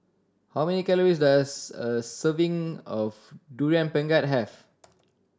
how many calories does a serving of Durian Pengat have